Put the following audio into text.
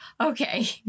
Okay